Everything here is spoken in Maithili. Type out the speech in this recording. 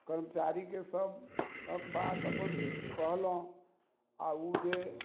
कर्मचारीके सभहक बात अपन कहलहुॅं आ ओ जे